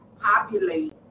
populate